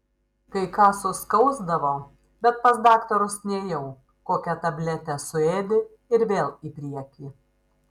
kai ką suskausdavo bet pas daktarus nėjau kokią tabletę suėdi ir vėl į priekį